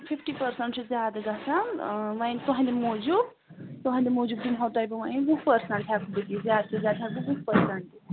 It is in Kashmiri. فِفٹی پٔرسَنٛٹ چھِ زیادٕ گژھان وَنۍ تُہنٛدِ موٗجوٗب تُہنٛدِ موٗجوٗب دِمہو تۄہہِ بہٕ وَنۍ وُہ پٔرسَنٛٹ ہٮ۪کہٕ بہٕ دِتھ زیادٕ سُہ زیادٕ ہٮ۪کہٕ بہٕ وُہ پٔرسَنٛٹ